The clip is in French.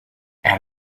elle